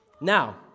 Now